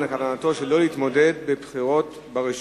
שלא להתמודד בבחירות ברשות.